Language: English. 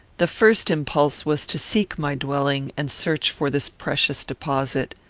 the first impulse was to seek my dwelling and search for this precious deposit.